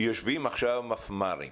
יושבים עכשיו מפמ"רים